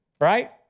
right